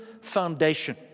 foundation